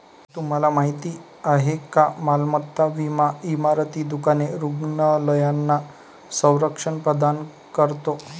तुम्हाला माहिती आहे का मालमत्ता विमा इमारती, दुकाने, रुग्णालयांना संरक्षण प्रदान करतो